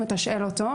מתשאל אותו,